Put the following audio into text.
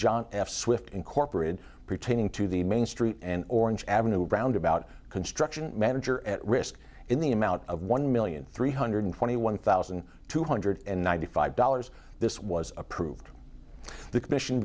john f swift incorporated pertaining to the main street and orange avenue roundabout construction manager at risk in the amount of one million three hundred twenty one thousand two hundred ninety five dollars this was approved by the commission